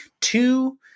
Two